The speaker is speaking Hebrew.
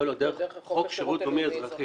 לא, דרך חוק שירות לאומי-אזרחי.